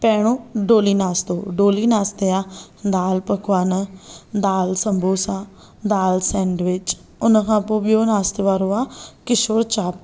पहिरों डोली नाश्तो डोली नाश्ते जा दालि पकवान दालि समोसा दालि सेंडविच हुन खां पोइ ॿियो नाश्ते वारो आहे किशोर चाप